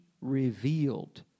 revealed